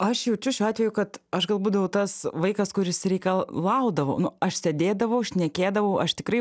aš jaučiu šiuo atveju kad aš gal būdavau tas vaikas kuris reikalaudavo nu aš sėdėdavau šnekėdavau aš tikrai